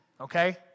okay